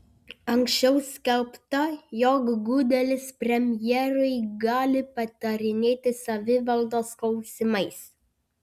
anksčiau skelbta jog gudelis premjerui gali patarinėti savivaldos klausimais